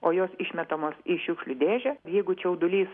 o jos išmetamos į šiukšlių dėžę jeigu čiaudulys